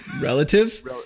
relative